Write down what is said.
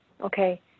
Okay